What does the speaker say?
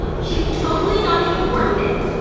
she's totally not even worth it.